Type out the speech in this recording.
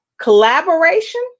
collaboration